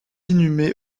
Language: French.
inhumé